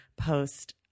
post